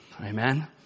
Amen